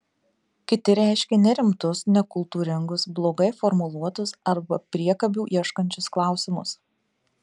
kiti reiškė nerimtus nekultūringus blogai formuluotus arba priekabių ieškančius klausimus